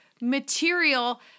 material